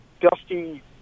dusty